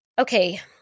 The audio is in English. Okay